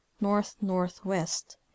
north-northwest